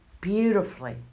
beautifully